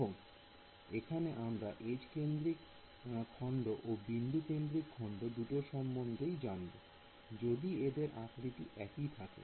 এবং এখানে আমরা এজ কেন্দ্রিক খন্ড ও বিন্দু কেন্দ্রিক খন্ড দুটো সম্বন্ধে জানবো যদিও এদের আকৃতি একই থাকে